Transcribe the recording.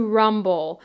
rumble